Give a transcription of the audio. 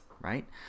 right